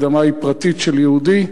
האדמה היא פרטית של יהודי.